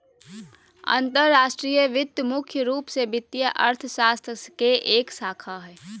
अंतर्राष्ट्रीय वित्त मुख्य रूप से वित्तीय अर्थशास्त्र के एक शाखा हय